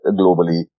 globally